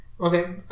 okay